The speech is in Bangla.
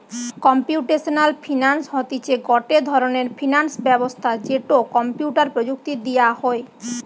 কম্পিউটেশনাল ফিনান্স হতিছে গটে ধরণের ফিনান্স ব্যবস্থা যেটো কম্পিউটার প্রযুক্তি দিয়া হই